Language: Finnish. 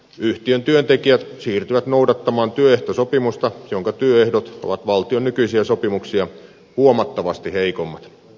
yhtiön työntekijät siirtyvät noudattamaan työehtosopimusta jonka työehdot ovat valtion nykyisiä sopimuksia huomattavasti heikommat